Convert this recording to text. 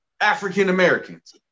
African-Americans